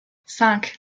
cinq